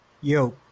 yo